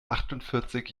achtundvierzig